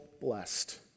blessed